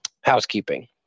housekeeping